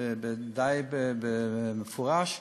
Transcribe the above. ודי במפורש.